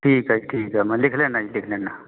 ਠੀਕ ਹੈ ਠੀਕ ਹੈ ਮੈਂ ਲਿਖ ਲੈਂਦਾ ਜੀ ਲਿਖ ਲੈਣਾ